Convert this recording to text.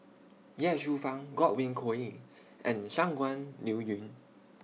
Ye Shufang Godwin Koay and Shangguan Liuyun